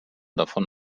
davon